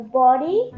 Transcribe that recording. body